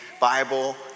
Bible